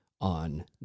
On